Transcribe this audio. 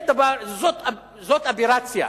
זאת אברציה,